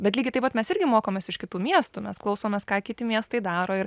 bet lygiai taip pat mes irgi mokomės iš kitų miestų mes klausomės ką kiti miestai daro ir